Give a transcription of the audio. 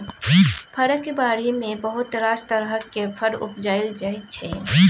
फरक बारी मे बहुत रास तरहक फर उपजाएल जाइ छै